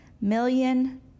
million